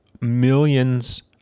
millions